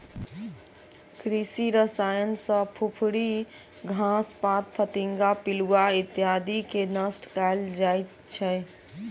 कृषि रसायन सॅ फुफरी, घास पात, फतिंगा, पिलुआ इत्यादिके नष्ट कयल जाइत छै